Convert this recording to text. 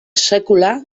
sekula